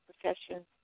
profession